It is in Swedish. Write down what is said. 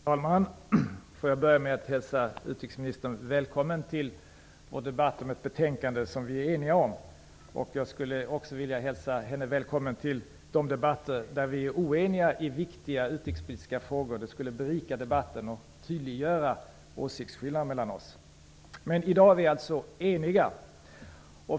Fru talman! Jag vill börja med att hälsa utrikesministern välkommen till debatten om ett betänkande som vi är eniga om. Jag skulle också vilja hälsa henne välkommen till de debatter där vi är oeniga i viktiga utrikespolitiska frågor. Det skulle berika debatten och tydliggöra åsiktsskillnaderna mellan oss. Men i dag är vi alltså eniga.